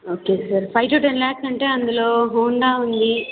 okay sir five two ten lakhs అంటే అందులో Honda ఉంది